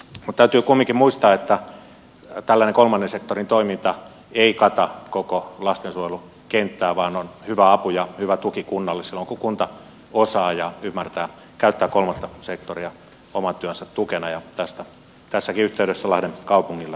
mutta täytyy kumminkin muistaa että tällainen kolmannen sektorin toiminta ei kata koko lastensuojelukenttää vaan on hyvä apu ja hyvä tuki kunnalle silloin kun kunta osaa ja ymmärtää käyttää kolmatta sektoria oman työnsä tukena ja tästä tässäkin yhteydessä lahden kaupungille